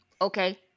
Okay